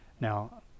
now